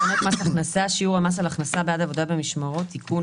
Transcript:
תקנות מס הכנסה (שיעור המס על הכנסה בעד עבודה במשמרות) (תיקון),